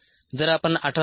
जर आपण 18